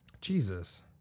Jesus